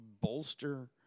bolster